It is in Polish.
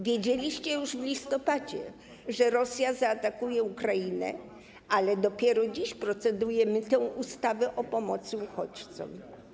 Wiedzieliście już w listopadzie, że Rosja zaatakuje Ukrainę, ale dopiero dziś procedujemy nad tą ustawą o pomocy uchodźcom.